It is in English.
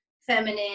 feminine